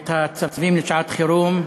את הצווים לשעת-חירום.